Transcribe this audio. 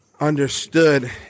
understood